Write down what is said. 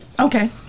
Okay